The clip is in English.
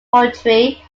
poetry